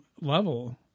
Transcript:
level